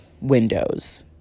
windows